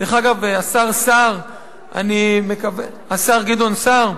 דרך אגב, השר גדעון סער,